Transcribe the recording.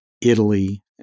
Italy